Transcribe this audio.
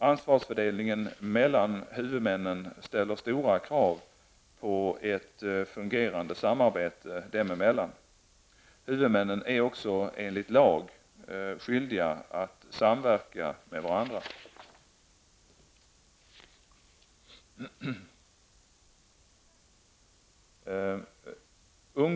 Ansvarsfördelningen mellan huvudmännen ställer stora krav på ett fungerande samarbete dem emellan. Huvudmännen är också enligt lag skyldiga att samverka med varandra.